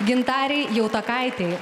gintarei jautakaitei